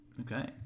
Okay